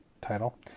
title